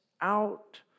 out